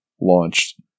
launched